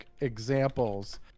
examples